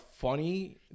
funny